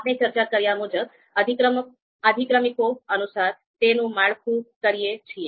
આપણે ચર્ચા કર્યા મુજબ અધિક્રમિકો અનુસાર તેનું માળખું કરીએ છીએ